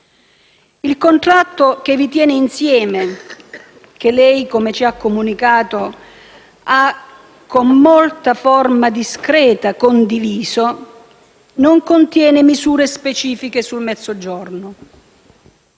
il contratto che vi tiene insieme, e che lei - come ci ha comunicato - ha con molta forma discreta condiviso, non contiene misure specifiche sul Mezzogiorno.